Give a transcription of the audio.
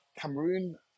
Cameroon